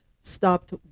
stopped